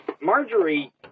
Marjorie